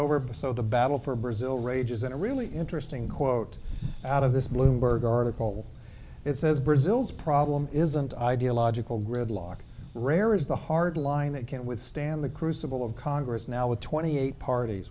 but so the battle for brazil rages in a really interesting quote out of this bloomberg article it says brazil's problem isn't ideological gridlock rare is the hard line that can't withstand the crucible of congress now with twenty eight parties